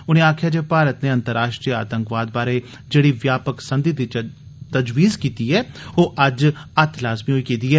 उनें आखेआ जे भारत नै अंतर्राश्ट्री आतंकवाद बारै जेहड़ी व्यापक संधि दी तजवीज़ कीती दी ऐ ओह् अज्ज अत्त लाज़मी होई गेदी ऐ